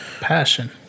passion